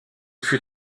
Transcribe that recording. fut